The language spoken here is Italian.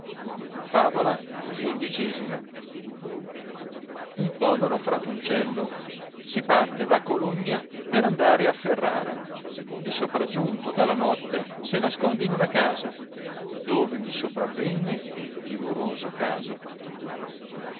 favola un povero fratuncello si p rte da cologna per andare a ferrara e so pr aggiunto dalla notte se nasconde in una casa dove gli sopravenne un timoroso caso